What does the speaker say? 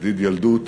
ידיד ילדות